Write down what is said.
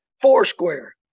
Foursquare